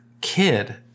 kid